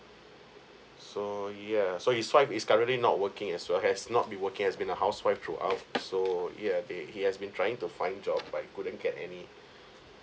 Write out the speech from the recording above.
so yeah so his wife is currently not working as well has not be working has been a housewife throughout the so yeah they he has been trying to find job but couldn't get any